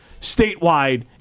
statewide